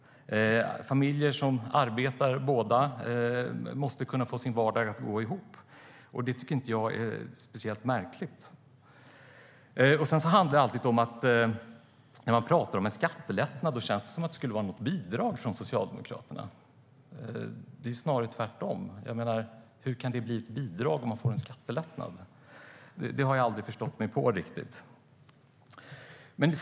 Familjer där båda föräldrarna arbetar måste kunna få vardagen att gå ihop, och det tycker jag inte är speciellt märkligt. När vi pratar om en skattelättnad känns det alltid som att Socialdemokraterna ser det som ett bidrag, men det är ju snarare tvärtom. Hur kan det bli ett bidrag om man får en skattelättnad? Det har jag aldrig riktigt förstått mig på.